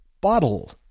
bottle